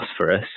phosphorus